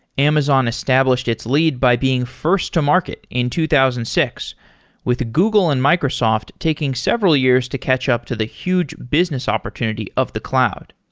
amazon established its lead by being first to market in two thousand and six with google and microsoft taking several years to catch up to the huge business opportunity of the cloud.